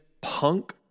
punk